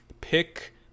pick